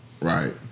Right